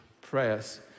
prayers